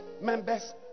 members